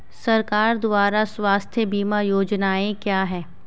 सरकार द्वारा स्वास्थ्य बीमा योजनाएं क्या हैं?